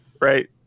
right